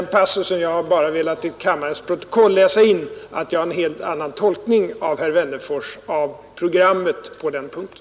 Jag har bara velat till kammarens protokoll läsa in att jag har en helt annan tolkning än herr Wennerfors av programmet på den punkten.